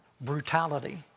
brutality